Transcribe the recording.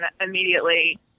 immediately